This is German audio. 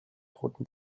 roten